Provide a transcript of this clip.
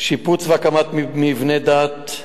שיפוץ והקמת מבני דת,